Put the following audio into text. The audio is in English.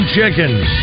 Chickens